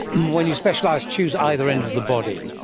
when you specialise, choose either end of the body.